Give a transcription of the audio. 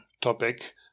topic